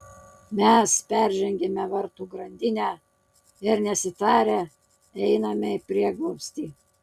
mes peržengiame vartų grandinę ir nesitarę einame į prieglobstį